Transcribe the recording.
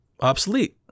obsolete